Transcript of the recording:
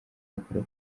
bakora